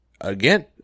Again